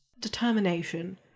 determination